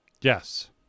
Yes